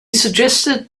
suggested